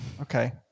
okay